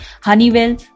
Honeywell